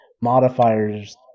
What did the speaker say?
modifiers